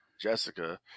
Jessica